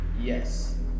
Yes